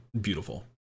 beautiful